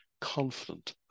confident